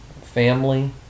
family